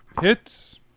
Hits